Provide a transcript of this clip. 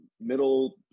middle